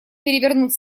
перевернуть